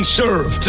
serve